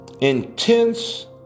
intense